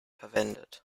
verwendet